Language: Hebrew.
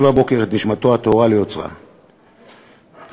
מבכים מרה את הסתלקותו לגנזי מרומים של זקן האדמו"רים,